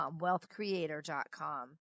wealthcreator.com